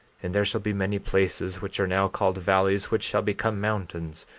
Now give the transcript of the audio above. and there shall be many places which are now called valleys which shall become mountains,